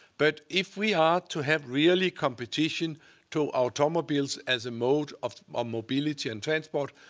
but if we are to have really competition to automobiles as a mode of um mobility and transport,